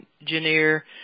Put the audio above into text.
engineer